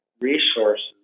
resources